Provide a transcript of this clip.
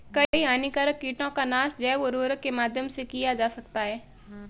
कई हानिकारक कीटों का नाश जैव उर्वरक के माध्यम से किया जा सकता है